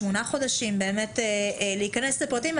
שמונה חודשים להיכנס לפרטים.